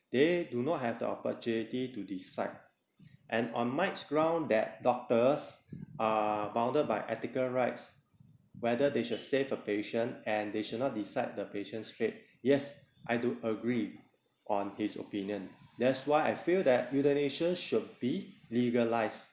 they do not have the opportunity to decide and on mike's ground that doctors are bounded by article rights whether they should save a patient and they should not decide the patient's fate yes I do agree on his opinion that's why I feel that euthanasia should be legalized